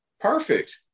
Perfect